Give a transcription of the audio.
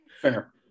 Fair